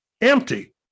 empty